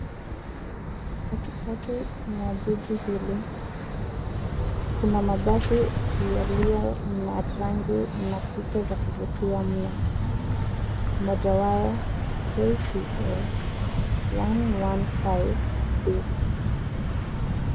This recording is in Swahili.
Katikati mwa jiji hili, kuna mabasi yaliyo na rangi na picha za kuvutia mno. Mojawayo KCX 115D.